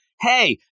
hey